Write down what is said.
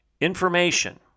Information